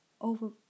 over